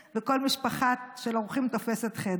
כי פשוט מוציאים את כל הילדים מהחדרים וכל משפחה של אורחים תופסת חדר.